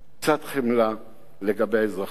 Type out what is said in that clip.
קצת חמלה לגבי האזרחים.